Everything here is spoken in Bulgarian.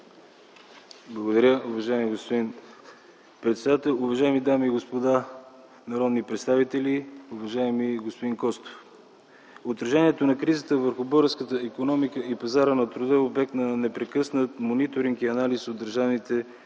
Благодаря, уважаеми господин председател. Уважаеми дами и господа народни представители! Уважаеми господин Костов, отражението на кризата върху българската икономика и пазара на труда е обект на непрекъснат мониторинг и анализ от държавните институции.